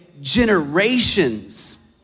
generations